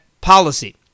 policy